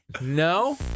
No